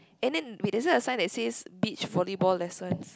and then we doesn't assign there says beach volleyball lessons